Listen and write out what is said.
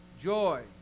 joy